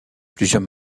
plusieurs